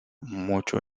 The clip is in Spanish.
mucho